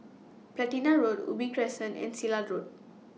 Platina Road Ubi Crescent and Silat Road